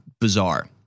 bizarre